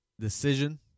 decision